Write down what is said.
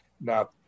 Now